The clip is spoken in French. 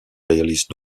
réalise